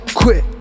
quit